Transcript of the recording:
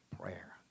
Prayer